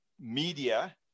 media